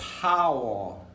power